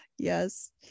Yes